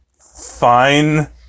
fine